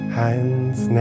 hands